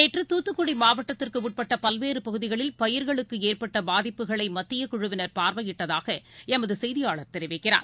நேற்றுதூத்துக்குடிமாவட்டத்திற்குஉட்பட்டபல்வேறுபகுதிகளில் பயிர்களுக்குஏற்பட்டபாதிப்புக்களைமத்தியக்குழுவினர் பார்வையிட்டதாகஎமதுசெய்தியாளர் தெரிக்கிறார்